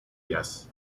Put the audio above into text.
yes